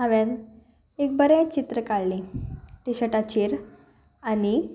हांवें एक बरें चित्र काडलीं टिशर्टाचेर आनी